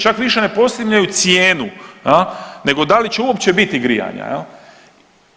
Čak više ne postavljaju cijenu nego da li će uopće biti grijanja, je li?